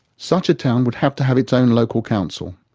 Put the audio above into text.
such a town would have to have its own local council.